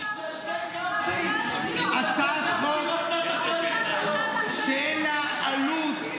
בגלל זה גפני --- הצעת חוק שאין לה עלות.